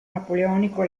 napoleonico